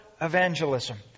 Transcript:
evangelism